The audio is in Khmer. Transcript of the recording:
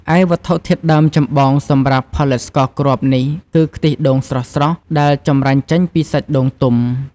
ឯវត្ថុធាតុដើមចម្បងសម្រាប់ផលិតស្ករគ្រាប់នេះគឺ ខ្ទិះដូងស្រស់ៗដែលចម្រាញ់ចេញពីសាច់ដូងទុំ។